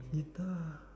guitar